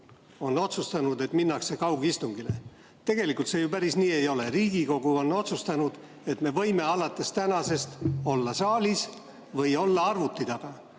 on otsustanud, et minnakse üle kaugistungile. Tegelikult see ju päris nii ei ole. Riigikogu on otsustanud, et me võime alates tänasest olla saalis või olla arvuti taga.